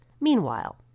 Meanwhile